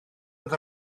oedd